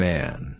Man